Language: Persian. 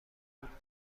زود